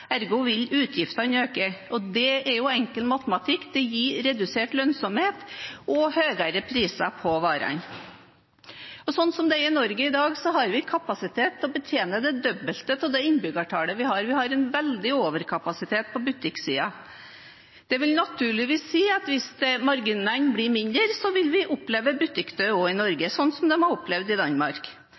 Ergo vil utgiftene øke. Og det er jo enkel matematikk: Det gir redusert lønnsomhet og høyere priser på varene. Slik det er i Norge i dag, har vi kapasitet til å betjene det dobbelte av det innbyggertallet vi har. Vi har en veldig overkapasitet på butikksiden. Det vil naturligvis si at hvis marginene blir mindre, vil vi oppleve butikkdød også i Norge, slik man har opplevd i Danmark.